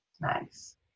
Nice